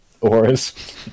auras